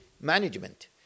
management